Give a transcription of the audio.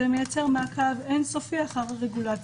זה מייצר מעקב אין-סופי אחר הרגולציה.